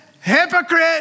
hypocrite